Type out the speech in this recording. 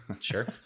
sure